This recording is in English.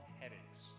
headaches